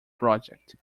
project